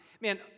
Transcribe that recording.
man